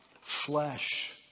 flesh